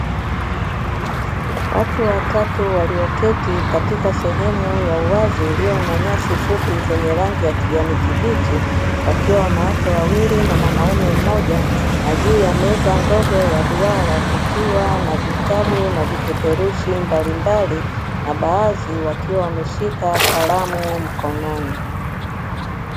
Watu watatu walioketi katika sehemu ya wazi iliyo na nyasi fupi zenye rangi ya kijani kibichi, wakiwa wanawake wawili na mwanamume mmoja, na juu ya meza ndogo ya duara kukiwa na vitabu na vipeperushi mbalimbali, na baadhi wakiwa wameshika kalamu mkononi.